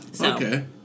okay